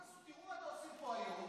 תראו מה אתם עושים פה היום,